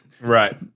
Right